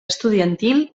estudiantil